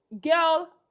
girl